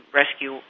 rescue